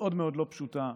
מאוד מאוד לא פשוטה,